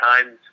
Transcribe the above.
times